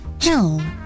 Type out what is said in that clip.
Hell